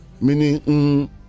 meaning